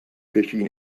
fishing